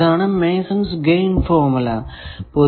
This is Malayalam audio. ഇതാണ് മേസൺ ഫോർമുല Mason's formula